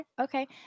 okay